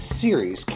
series